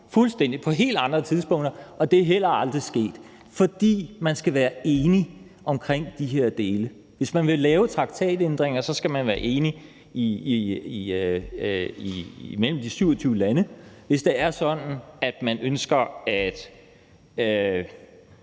fuldstændig det samme som Mario Draghi. Det er heller aldrig sket, fordi man skal være enig om de her dele. Hvis man vil lave traktatændringer, skal de 27 lande skal være enige. Hvis det er sådan, at man ønsker at